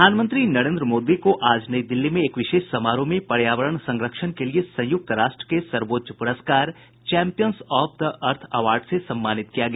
प्रधानमंत्री नरेंद्र मोदी को आज नई दिल्ली में एक विशेष समारोह में पर्यावरण संरक्षण के लिए संयुक्त राष्ट्र के सर्वोच्च पुरस्कार champions of the earth award से सम्मानित किया गया